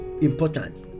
important